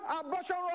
abortion